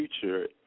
future